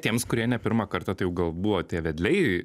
tiems kurie ne pirmą kartą tai jau gal buvo tie vedliai